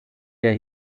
der